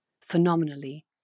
phenomenally